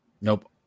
Nope